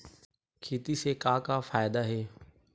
खेती से का का फ़ायदा हे?